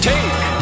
Take